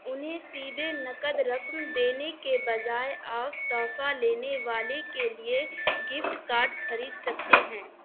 انہیں سیدھے نقد رقم دینے کے بجائے آف تحفہ لینے والے کے لیے گفٹ کارڈ خرید سکتے ہیں